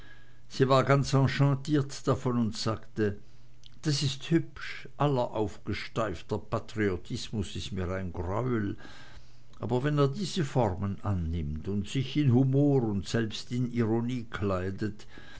sie war ganz enchantiert davon und sagte das ist hübsch aller aufgesteifter patriotismus ist mir ein greuel aber wenn er diese formen annimmt und sich in humor und selbst in ironie kleidet